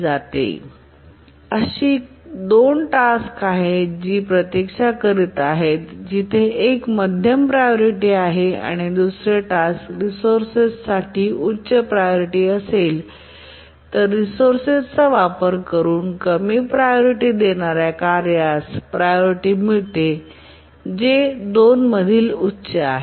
जर अशी दोन टास्क आहेत जी प्रतीक्षा करीत आहेत जिथे एक मध्यम प्रायोरिटी आहे आणि दुसरे टास्क रिसोर्सेस साठी उच्च प्रायोरिटी असेल तर रिसोर्सेस चा वापर करून कमी प्रायोरिटी देणार्या कार्यास प्रायोरिटी मिळते जे 2 मधील उच्च आहे